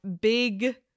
big